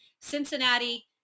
Cincinnati